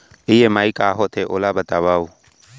EMI का होथे, ओला बतावव